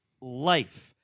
life